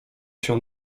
się